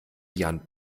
jan